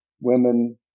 women